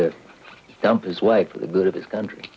to dump his wife for the good of this country